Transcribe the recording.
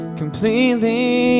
completely